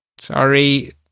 Sorry